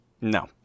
No